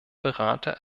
berater